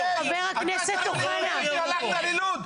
אתה הגעת ללוד,